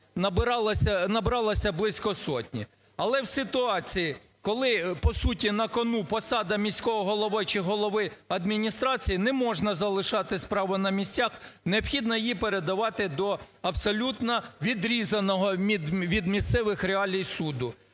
набралося близько сотні. Але в ситуації, коли по суті на кону посада міського голови чи голови адміністрації не можна залишати справу на місцях, необхідно її передавати до абсолютно відрізаного від місцевих реалій суду,